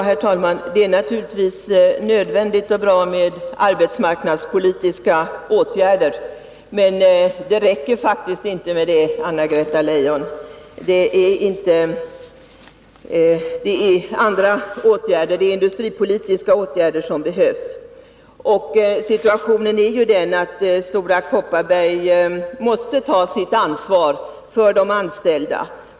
Herr talman! Det är naturligtvis nödvändigt och bra med arbetsmarknadspolitiska åtgärder. Men det räcker faktiskt inte med det, Anna-Greta Leijon. Det är andra åtgärder — industripolitiska åtgärder — som behövs. Stora Kopparberg måste ta sitt ansvar för de anställda.